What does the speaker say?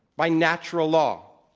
by natural law.